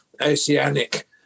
oceanic